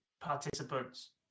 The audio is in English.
participants